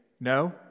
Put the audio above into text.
no